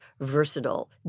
versatile